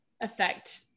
affect